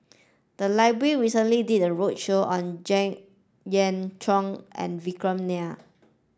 the library recently did a roadshow on Jek Yeun Thong and Vikram Nair